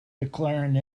declaring